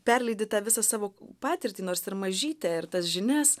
perlydyt tą visą savo patirtį nors ir mažytę ir tas žinias